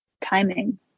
timing